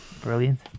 Brilliant